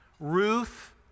Ruth